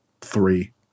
three